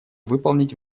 выполнить